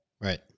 Right